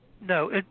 No